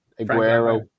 Aguero